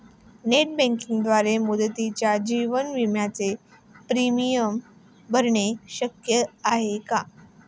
Net बँकिंगद्वारे मुदतीच्या जीवन विम्याचे प्रीमियम भरणे शक्य आहे का?